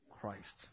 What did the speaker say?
Christ